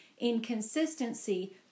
inconsistency